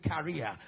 career